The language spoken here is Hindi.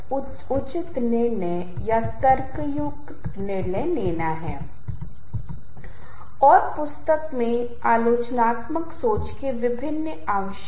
जब आप कुछ ऐसा करते हैं जो अद्वितीय होता है जो अलग होता है जैसा कि आपको सबक या वार्ता पूरा करने के दौरान सीखने को मिलेगा रचनात्मकता पर वार्ता को कवर करें